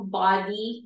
body